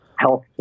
healthcare